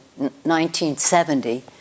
1970